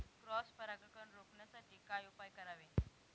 Cross परागकण रोखण्यासाठी काय उपाय करावे?